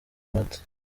mata